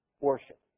worship